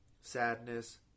sadness